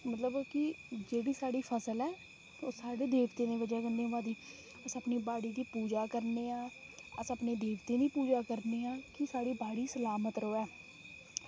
मतलब कि जेह्ड़ी साढ़ी फसल ऐ ओह् साढ़े देवतें दी बजह कन्नै होआ दी अस अपनी बाड़ी दी पूजा करने आं अस अपने देवतें दी पूजा करने आं कि साढ़ी बाड़ी सलामत रवै